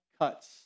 cuts